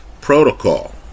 protocol